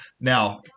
Now